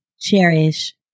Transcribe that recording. cherish